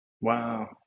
Wow